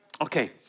okay